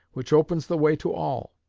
which opens the way to all,